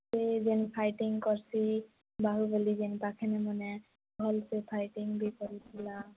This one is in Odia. ସେ ଯେନ ଫାଇଟିଙ୍ଗ କରସି ବାହୁବଲି ଯେନ ପାଖେନେ ମାନେ ଭଲ ସେ ଫାଇଟିଙ୍ଗ ବି କରୁଥିଲା